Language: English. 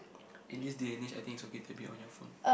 in this day and age I think it's okay to be on your phone